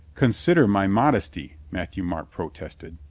consider my modesty, matthieu-marc pro tested.